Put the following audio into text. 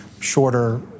shorter